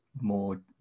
more